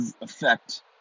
affect